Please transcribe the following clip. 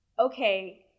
okay